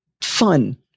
fun